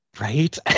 Right